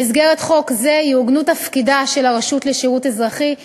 במסגרת חוק זה יעוגנו תפקידה של הרשות לשירות אזרחי,